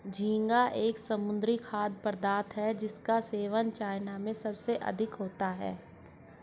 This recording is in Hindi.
झींगा एक समुद्री खाद्य पदार्थ है जिसका सेवन चाइना में सबसे अधिक होता है